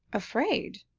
afraid?